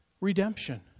redemption